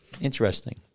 Interesting